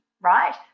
right